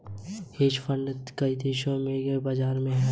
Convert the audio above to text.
hedge fund कई दशकों से बाज़ार में हैं